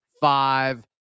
five